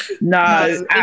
No